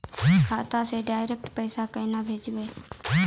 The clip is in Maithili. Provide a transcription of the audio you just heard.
खाता से डायरेक्ट पैसा केना भेजबै?